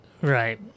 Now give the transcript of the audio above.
Right